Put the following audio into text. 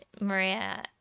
Maria